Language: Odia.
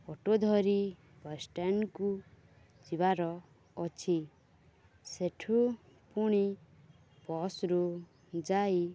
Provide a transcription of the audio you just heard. ଅଟୋ ଧରି ବସଷ୍ଟାଣ୍ଡକୁ ଯିବାର ଅଛି ସେଠୁ ପୁଣି ବସ୍ରୁ ଯାଇ